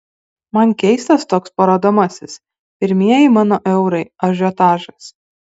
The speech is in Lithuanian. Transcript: man keistas toks parodomasis pirmieji mano eurai ažiotažas